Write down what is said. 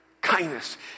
kindness